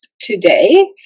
Today